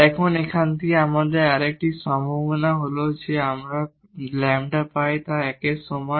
এখন এখান থেকে আমাদের আরেকটি সম্ভাবনা হল যে আমরা λ পাই তা 1 এর সমান